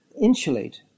insulate